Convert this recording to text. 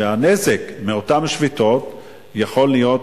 כשהנזק מאותן שביתות יכול להיות,